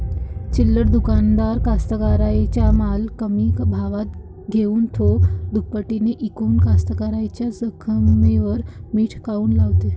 चिल्लर दुकानदार कास्तकाराइच्या माल कमी भावात घेऊन थो दुपटीनं इकून कास्तकाराइच्या जखमेवर मीठ काऊन लावते?